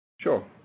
Sure